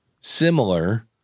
similar